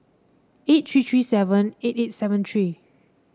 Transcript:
eight three three seven eight eight seven three